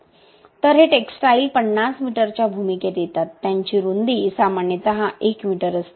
तर हे टेक्सटाईल 50 मीटरच्या भूमिकेत येतात त्यांची रुंदी सामान्यतः 1 मीटर असते